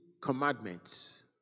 commandments